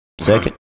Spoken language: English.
Second